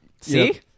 see